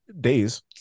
Days